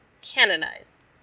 canonized